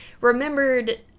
remembered